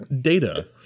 data